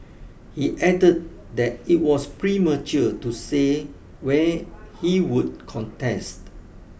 he add that it was premature to say where he would contest